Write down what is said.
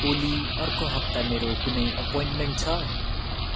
ओली अर्को हप्ता मेरो कुनै एपोइन्टमेन्ट छ